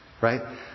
Right